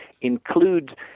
include